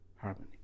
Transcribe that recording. harmony